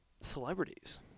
celebrities